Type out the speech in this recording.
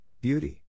Beauty